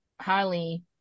highly